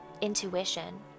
intuition